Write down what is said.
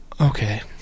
okay